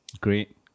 Great